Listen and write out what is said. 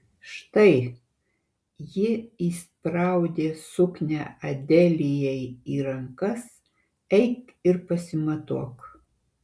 štai ji įspraudė suknią adelijai į rankas eik ir pasimatuok